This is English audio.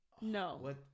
No